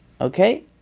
okay